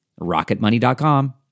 RocketMoney.com